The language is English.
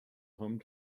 home